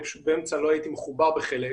אני פשוט לא הייתי מחובר בחלק,